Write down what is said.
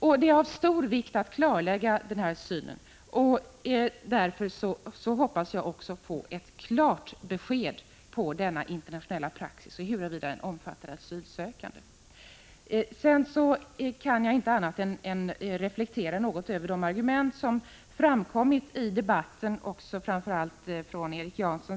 Det är av stor vikt att klarlägga denna syn, och därför hoppas jag få ett klart besked om denna internationella praxis och huruvida den omfattar asylsökande. Jag kan inte annat än reflektera något över de argument som har framkommit i debatten, framför allt från Erik Janson.